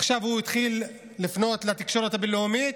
עכשיו הוא התחיל לפנות לתקשורת הבין-לאומית,